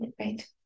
right